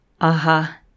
Aha